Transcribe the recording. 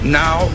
now